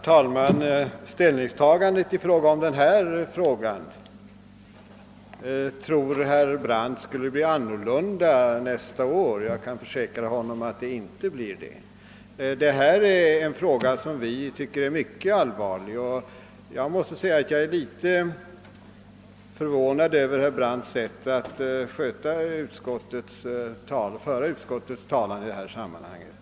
Herr talman! Herr Brandt tror att vårt ställningstagande i denna fråga skall bli annorlunda nästa år. Jag kan försäkra honom att så inte blir fallet. Vi tycker att detta är en mycket allvarlig fråga, och jag är litet förvånad över herr Brandts sätt att föra utskottets talan i detta sammanhang.